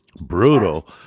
brutal